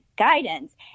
guidance